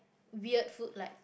weird food like